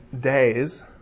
days